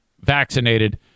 vaccinated